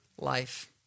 life